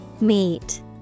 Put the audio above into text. Meet